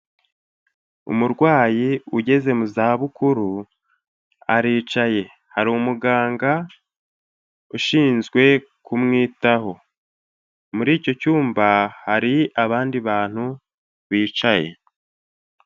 Umurwayi ugeze mu za bukuru aricaye, hari umuganga ushinzwe kumwitaho, muri icyo cyumba hari abandi bantu bicaye.